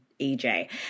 EJ